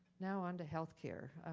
now on to healthcare.